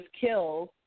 killed